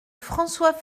françois